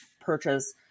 purchase